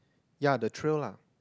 yeah the trail lah